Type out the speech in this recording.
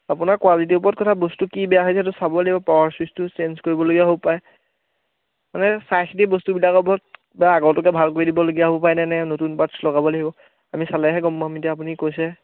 আপোনাৰ কোৱালিটিৰ ওপৰত কথা বস্তুটো কি বেয়া হৈছে সেইটো চাব লাগিব পাৱাৰ ছুইচটো চেঞ্জ কৰিব লগীয়া হ'বও পাৰে মানে চাই চিতি বস্তুবিলাকৰ ওপৰত বা আগৰটোকে ভাল কৰি দিবলগীয়া হ'বও পাৰে নে নে নতুন পাৰ্টচ লগাব লাগিব আমি চালেহে গম পাম এতিয়া আপুনি কৈছে